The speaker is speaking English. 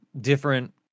different